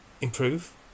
improve